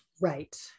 Right